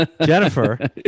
Jennifer